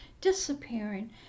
disappearing